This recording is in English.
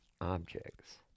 objects